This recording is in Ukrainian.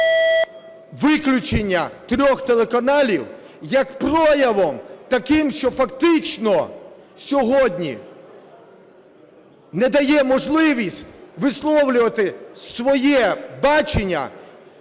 виключення трьох телеканалів як проявом таким, що фактично сьогодні не дає можливість висловлювати своє бачення